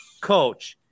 coach